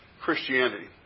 Christianity